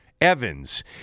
Evans